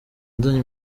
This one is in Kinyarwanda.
nzanye